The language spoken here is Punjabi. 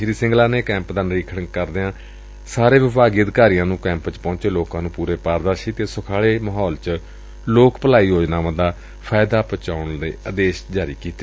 ਸ੍ਰੀ ਸਿੰਗਲਾ ਨੇ ਕੈਂਪ ਦਾ ਨਿਰੀਖਣ ਕਰਦਿਆਂ ਸਾਰੇ ਵਿਭਾਗੀ ਅਧਿਕਾਰੀਆਂ ਨੁੰ ਕੈਂਪ ਵਿੱਚ ਪਹੁੰਚੇ ਲੋਕਾਂ ਨੂੰ ਪੁਰੇ ਪਾਰਦਰਸ਼ੀ ਅਤੇ ਸੁਖਾਲੇ ਮਾਹੌਲ ਵਿੱਚ ਲੋਕ ਭਲਾਈ ਯੋਜਨਾਵਾਂ ਦਾ ਲਾਭ ਮੁਹੱਈਆ ਕਰਵਾਉਣ ਦੇ ਆਦੇਸ਼ ਜਾਰੀ ਕੀਤੇ